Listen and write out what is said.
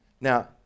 Now